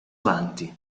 avanti